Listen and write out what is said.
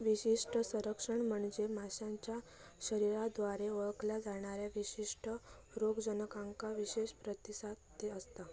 विशिष्ट संरक्षण म्हणजे माशाच्या शरीराद्वारे ओळखल्या जाणाऱ्या विशिष्ट रोगजनकांका विशेष प्रतिसाद असता